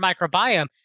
microbiome